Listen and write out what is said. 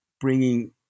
bringing